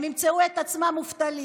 הם ימצאו את עצמם מובטלים.